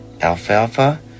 Alfalfa